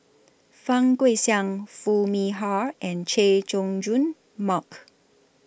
Fang Guixiang Foo Mee Har and Chay Jung Jun Mark